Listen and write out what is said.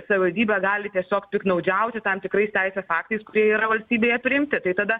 savivaldybė gali tiesiog piktnaudžiauti tam tikrais teisės aktais kurie yra valstybėje priimti tai tada